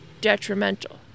detrimental